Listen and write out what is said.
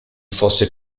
fosse